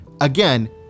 again